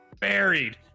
buried